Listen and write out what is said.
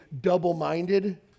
double-minded